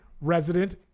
Resident